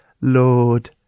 Lord